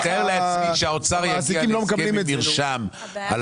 אני מתאר לעצמי שהאוצר יגיע להסכם עם מרשם על